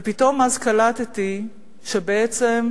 ופתאום אז קלטתי שבעצם,